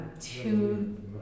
two